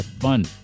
fun